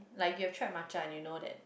like if you've tried matcha and you know that